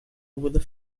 with